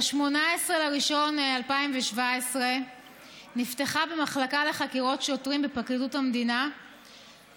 ב-18 בינואר 2017 נפתחה במחלקה לחקירות שוטרים בפרקליטות המדינה,